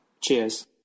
Cheers